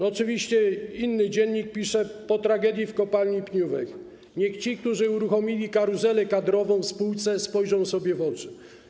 Oczywiście inny dziennik pisze: Po tragedii w kopalni Pniówek - niech ci, którzy uruchomili karuzelę kadrową w spółce, spojrzą sobie w oczy.